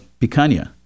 picanha